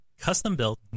custom-built